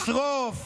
לשרוף,